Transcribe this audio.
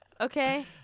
Okay